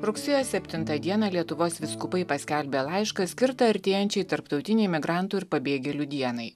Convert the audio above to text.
rugsėjo septintą dieną lietuvos vyskupai paskelbė laišką skirtą artėjančiai tarptautinei migrantų ir pabėgėlių dienai